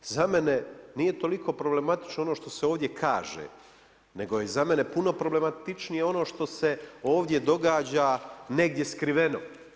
Za mene nije toliko problematično ono što se ovdje kaže nego je za mene puno problematičnije ono što se ovdje događa negdje skriveno.